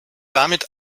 damit